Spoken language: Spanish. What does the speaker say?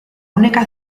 única